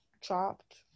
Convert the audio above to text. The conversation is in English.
chopped